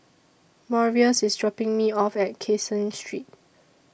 Marius IS dropping Me off At Caseen Street